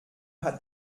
hat